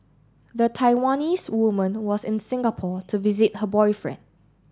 the Taiwanese woman was in Singapore to visit her boyfriend